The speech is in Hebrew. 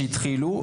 שהתחילו.